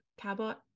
Cabot